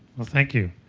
thank you.